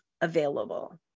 available